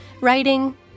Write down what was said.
writing